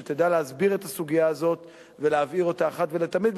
שתדע להסביר את הסוגיה הזאת ולהבהיר אותה אחת ולתמיד.